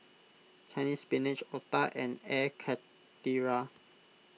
Chinese Spinach Otah and Air Karthira